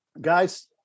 Guys